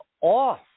off